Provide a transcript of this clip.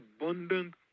abundant